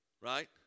Right